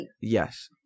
Yes